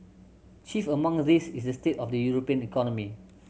chief among these is the state of the European economy